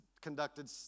conducted